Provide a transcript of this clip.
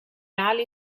ali